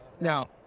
Now